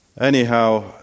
Anyhow